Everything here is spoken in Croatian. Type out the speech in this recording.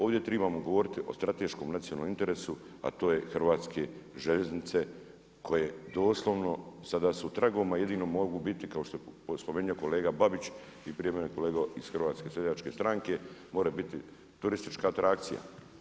Ovdje trebamo ogovoriti o strateškom nacionalnom interesu, a to je hrvatske željeznice koje doslovno sada su tragom a jedino mogu biti kao što je spomenuo kolega Babić, i prije mene kolega iz HSS-a, moraju biti turistička atrakcija.